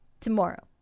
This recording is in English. Tomorrow